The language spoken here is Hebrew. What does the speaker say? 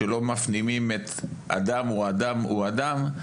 שלא מפנימים את אדם הוא אדם הוא אדם,